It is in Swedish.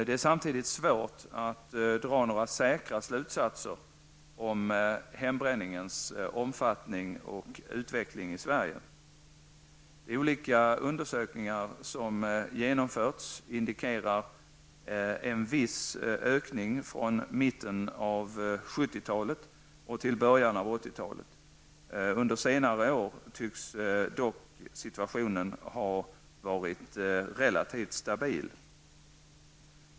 Det är samtidigt svårt att dra några säkra slutsatser om hembränningens omfattning och utveckling i Sverige. De olika undersökningar som genomförts indikerar en viss ökning från mitten av 1970-talet till början av 1980 talet. Under senare år tycks dock situationen ha varit relativt stabil.